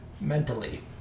Mentally